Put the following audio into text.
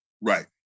Right